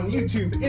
YouTube